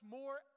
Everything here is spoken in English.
more